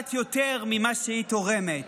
פוגעת יותר ממה שהיא תורמת.